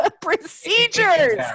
procedures